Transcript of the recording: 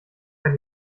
kann